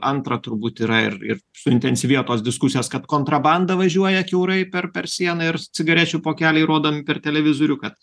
antra turbūt yra ir ir suintensyvėjo tos diskusijos kad kontrabanda važiuoja kiaurai per per sieną ir cigarečių pokeliai rodomi per televizorių kad